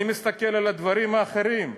אני מסתכל על הדברים האחרים.